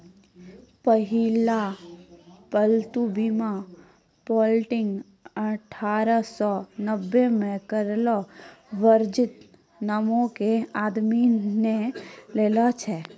पहिला पालतू बीमा पॉलिसी अठारह सौ नब्बे मे कलेस वर्जिन नामो के आदमी ने लेने छलै